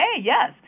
yes